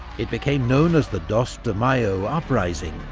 it became known as the dos de mayo uprising,